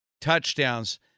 touchdowns